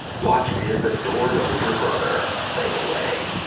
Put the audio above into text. watched his adored older brother fade away.